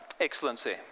Excellency